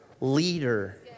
leader